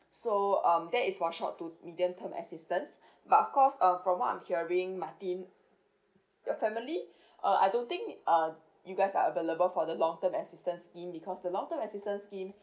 so um that is for short to medium term assistance but of course um from what I'm hearing martin your family uh I don't think um you guys are available for the long term assistance scheme because the long term assistance scheme